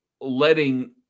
letting